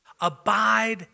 Abide